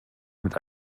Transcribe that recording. mit